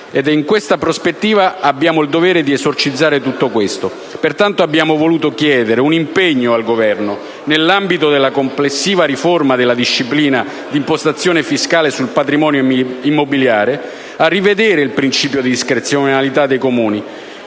in questa prospettiva abbiamo il dovere di esorcizzare tutto ciò. Pertanto, abbiamo voluto chiedere un impegno al Governo, nell'ambito della complessiva riforma della disciplina di imposizione fiscale sul patrimonio immobiliare, a rivedere il principio di discrezionalità dei Comuni,